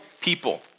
people